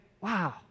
wow